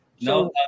No